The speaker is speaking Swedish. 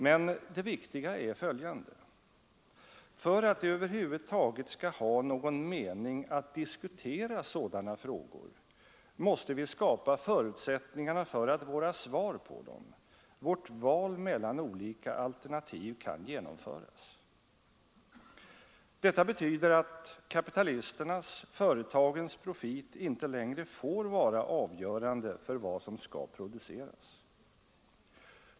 Men det viktiga är följande: För att det över huvud taget skall ha någon mening att diskutera sådana frågor måste vi skapa förutsättningarna för våra svar på dem, för att vårt val mellan olika alternativ kan genomföras. Detta betyder att kapitalisternas och företagens profit inte längre får vara avgörande för vad som skall produceras.